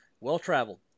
Well-traveled